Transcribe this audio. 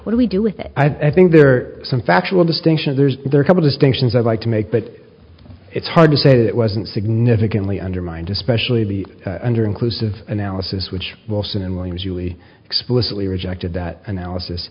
what we do with it i think there are some factual distinctions there's a couple distinctions i'd like to make but it's hard to say that it wasn't significantly undermined especially under inclusive analysis which wilson and williams really explicitly rejected that analysis